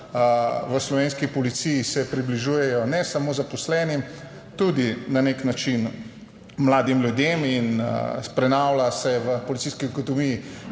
v slovenski policiji se približujejo ne samo zaposlenim tudi na nek način mladim ljudem in prenavlja se v policijski ekonomiji